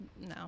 No